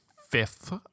fifth